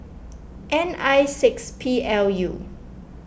N I six P L U